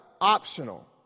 optional